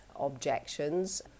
objections